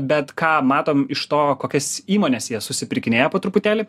bet ką matom iš to kokias įmones jie susipirkinėja po truputėlį